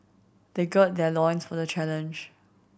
they gird their loins for the challenge